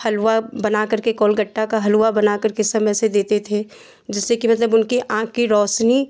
हलवा बना करके गोलगट्टा का हलुआ बना करके समय से देते थे जिससे कि मतलब उनकी आँख की रोशनी